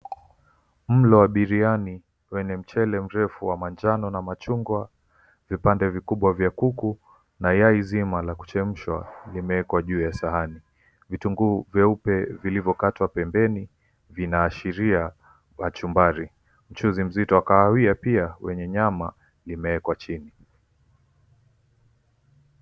Mlo wa biriani wenye mchele mrefu wa manjano na machungwa, vipande vikubwa vya kuku, na yai zima la kuchemshwa limewekwa juu ya sahani. Vitunguu vyeupe vilivyokatwa pembeni vinaashiria kachumbari. Mchuzi mzito wa kahawia pia wenye nyama limewekwa chini.